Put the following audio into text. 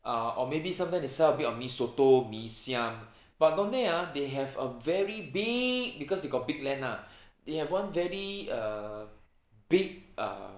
uh or maybe sometime they sell a bit of mee soto mee siam but don't think ha they have a very big because they got big land ah they have one very err big err